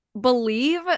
believe